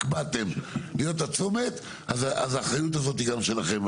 קבעתם להיות הצומת אז האחריות היא שלכם.